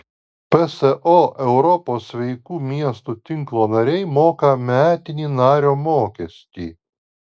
pso europos sveikų miestų tinklo nariai moka metinį nario mokestį